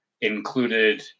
included